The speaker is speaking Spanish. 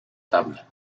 tabla